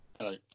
Hello